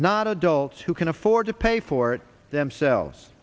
not adults who can afford to pay for it themselves